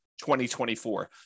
2024